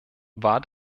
war